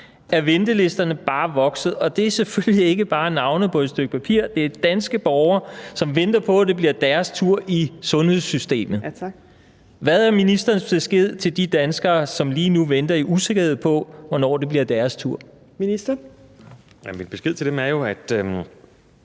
er ventelisterne bare vokset, og det er selvfølgelig ikke bare navne på et stykke papir, men danske borgere, som venter på, at det bliver deres tur i sundhedssystemet. Hvad er ministerens besked til de danskere, som lige nu venter i usikkerhed om, hvornår det bliver deres tur? Kl. 14:29 Fjerde næstformand